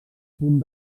punt